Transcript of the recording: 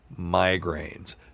migraines